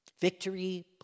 Victory